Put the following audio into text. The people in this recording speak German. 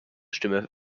stimme